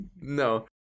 No